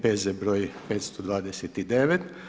P.Z. br. 529.